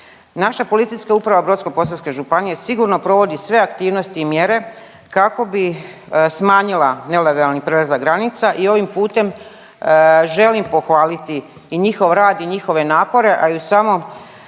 Naša Policijska uprava Brodsko-posavske županije sigurno provodi sve aktivnosti i mjere kako bi smanjila nelegalni prelazak granica i ovim putem želim pohvaliti i njihov rad i njihove napore, a i u samom